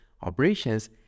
operations